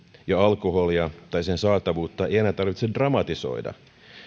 ja alkoholia tai sen saatavuutta ei enää tarvitse dramatisoida